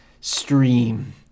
stream